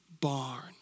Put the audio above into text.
barn